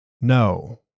No